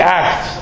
act